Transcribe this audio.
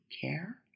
care